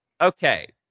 okay